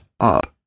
up